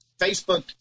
Facebook